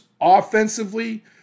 offensively